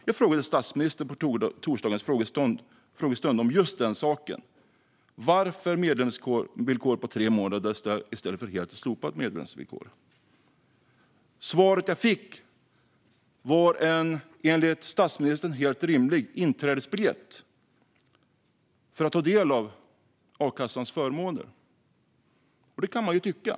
Jag frågade statsministern vid torsdagens frågestund om just den saken: Varför medlemsvillkor på tre månader i stället för helt slopat medlemsvillkor? Svaret jag fick var att det, enligt statsministern, är en helt rimlig inträdesbiljett för att få ta del av a-kassans förmåner. Och det kan man ju tycka.